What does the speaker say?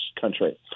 country